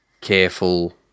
careful